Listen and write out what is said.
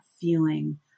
feeling